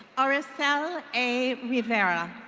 aurasel a rivera.